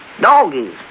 Doggies